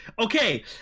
okay